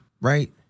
right